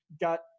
got